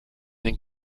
den